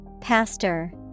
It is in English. Pastor